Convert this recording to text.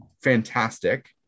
fantastic